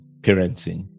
parenting